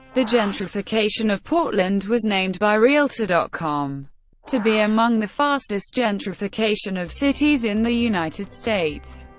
the gentrification of portland was named by realtor dot com to be among the fastest gentrification of cities in the united states.